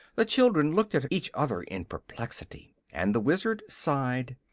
the children looked at each other in perplexity, and the wizard sighed.